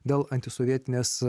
dėl antisovietinės